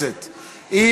אם